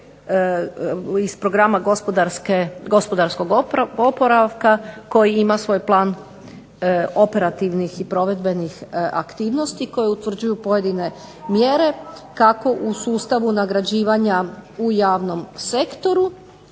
iz programa gospodarskog oporavka koji ima svoj plan operativnih i provedbenih aktivnosti koje utvrđuju pojedine mjere, kako u sustavu nagrađivanja u javnom sektoru,